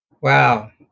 Wow